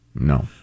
No